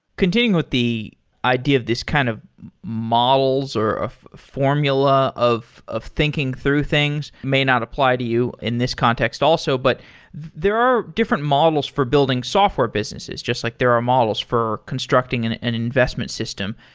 continuing with the idea of this kind of models or formula of of thinking through things may not apply to you in this context also, but there are different models for building software businesses. just like there are models for constructing and an investment system.